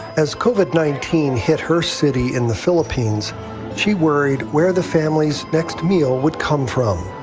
as covid nineteen hit her city in the philippines she worried where the families next meal would come from.